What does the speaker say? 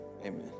Amen